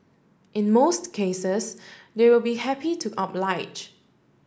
in most cases they will be happy to oblige